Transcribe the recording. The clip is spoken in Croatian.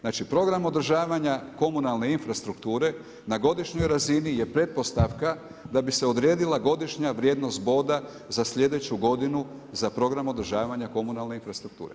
Znači program održavanja komunalne infrastrukture na godišnjoj razini je pretpostavka da bi se odredila godišnja vrijednost boda za sljedeću godinu za program održavanja komunalne infrastrukture.